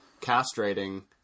castrating